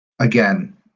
again